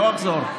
לא אחזור.